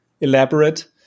elaborate